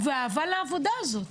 ואהבה לעבודה הזאת,